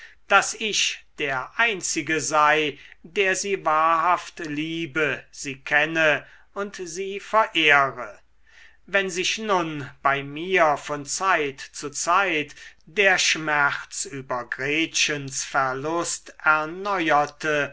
daß ich der einzige sei der sie wahrhaft liebe sie kenne und sie verehre wenn sich nun bei mir von zeit zu zeit der schmerz über gretchens verlust erneuerte